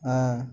ஆ